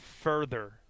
further